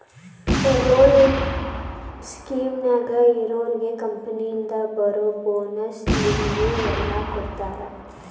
payroll ಸ್ಕೇಮ್ನ್ಯಾಗ ಇರೋರ್ಗೆ ಕಂಪನಿಯಿಂದ ಬರೋ ಬೋನಸ್ಸು ಲಿವ್ವು ಎಲ್ಲಾ ಕೊಡ್ತಾರಾ